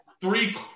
three